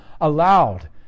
allowed